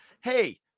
Hey